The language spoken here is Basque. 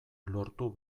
lortu